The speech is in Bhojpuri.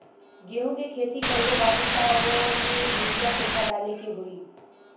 गेहूं के खेती कइले बानी त वो में युरिया केतना डाले के होई?